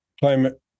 climate